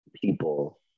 people